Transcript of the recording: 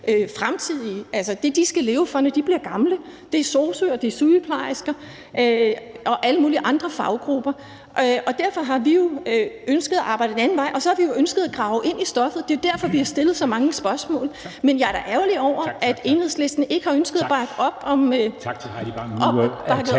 pensioner, altså det, de skal leve af, når de bliver gamle. Det er sosu'er, det er sygeplejersker og alle mulige andre faggrupper. Derfor har vi jo ønsket at arbejde en anden vej, og så har vi ønsket at grave ind i stoffet. Det er derfor, vi har stillet så mange spørgsmål. (Formanden (Henrik Dam Kristensen): Tak!) Men jeg er da ærgerlig over, at Enhedslisten ikke har ønsket at bakke op om en boligstøtteordning. Kl.